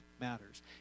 matters